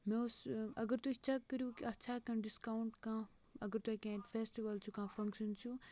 مے اوس اگر تُہۍ چَک کٔرو کہِ اتھ چھا کانہہ ڈِسکاونٹ کانہہ اگر تۄہہ کیٚنٛہہ اَتہِ فیسٹِول چھُ کانہہ فَنگشن چھُ